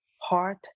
heart